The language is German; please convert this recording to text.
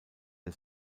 der